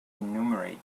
enumerate